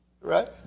right